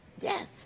Yes